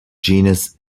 genus